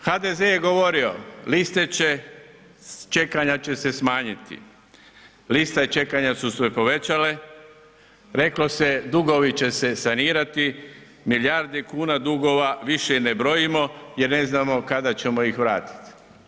HDZ je govorio liste čekanja će se smanjiti, liste čekanja su se povećale, reklo se dugovi će se sanirati, milijardi kuna dugova više ih ne brojimo jer ne znamo kada ćemo ih vratiti.